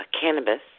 cannabis